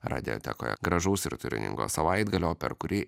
radiotekoje gražaus ir turiningo savaitgalio per kurį